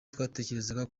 twatekerezaga